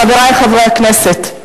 חברי חברי הכנסת,